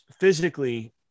physically